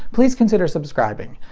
please consider subscribing!